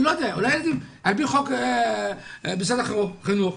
על פי חוק משרד החינוך,